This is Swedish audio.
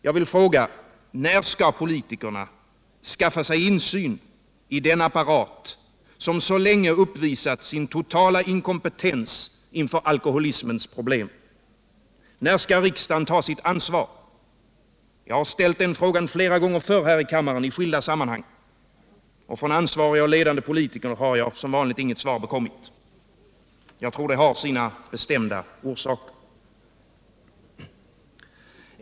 Jag vill fråga: När skall politikerna skaffa sig insyn i den apparat som så länge uppvisat sin totala inkompetens inför alkoholismens problem? När skall riksdagen ta sitt ansvar? Jag har ställt frågan flera gånger förr här i kammaren i skilda sammanhang — och från ansvariga och ledande politiker har jag som vanligt intet svar bekommit. Jag tror det har sina bestämda orsaker.